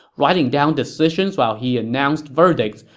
writing down decisions while he announced verdicts,